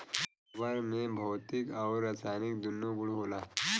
rubber में भौतिक आउर रासायनिक दून्नो गुण होला